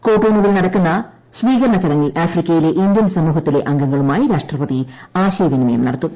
കൊട്ടോണുവിൽ നടക്കുന്ന സ്വീകരണ ചടങ്ങിൽ ആഫ്രിക്കയിലെ ഇന്ത്യൻ സമൂഹത്തിലെ അംഗങ്ങളുമായി രാഷ്ട്രപതി ആശയവിനിമയം നടത്തും